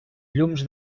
llums